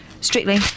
Strictly